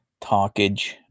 talkage